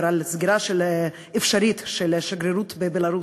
על סגירה אפשרית של השגרירות בבלרוס.